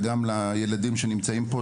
וגם לילדים שנמצאים פה.